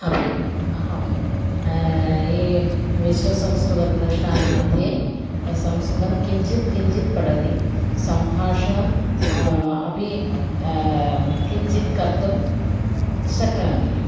अपि अहं ये विश्वसंस्कृतप्रदिष्ठानं मध्ये संस्कृतं किञ्जित् किञ्जित् पठति सम्भाषणम् अपि किञ्चित् कर्तुं शक्नोमि